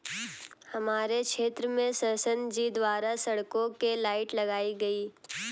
हमारे क्षेत्र में संसद जी द्वारा सड़कों के लाइट लगाई गई